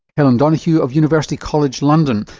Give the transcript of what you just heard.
helen donaghue of university college london,